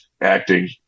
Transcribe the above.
acting